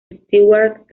stewart